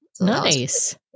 Nice